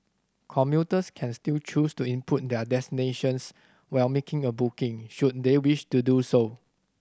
commuters can still choose to input their destinations while making a booking should they wish to do so